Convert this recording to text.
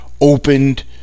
opened